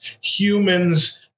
humans